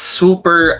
super